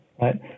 Right